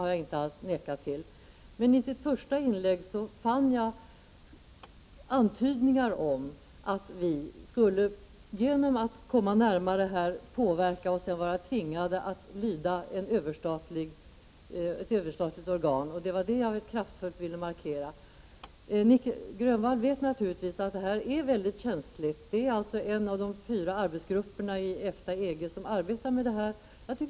Men i Nic Grönvalls första inlägg fann jag antydningar om att vi skulle, genom att komma närmare EG, påverkas och vara tvingade att lyda ett överstatligt organ. Det var detta jag ville kraftfullt markera. Nic Grönvall vet naturligtvis att detta är mycket känsligt. En av de fyra arbetsgrupperna inom EG/EFTA arbetar med detta.